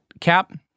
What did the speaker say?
cap